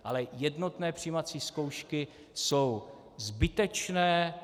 Ale jednotné přijímací zkoušky jsou zbytečné.